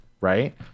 right